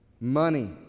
Money